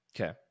Okay